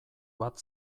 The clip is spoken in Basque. bat